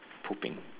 pooping